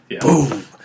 Boom